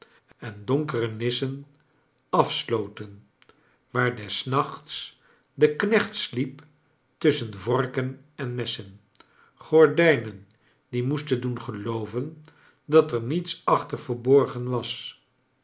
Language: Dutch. en donkere nissen afsloten waar des nachts de knecht sliep tusschen vorken en messen gordijnen die moesten doen gelooven dat er niets achter verborgen was